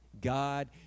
God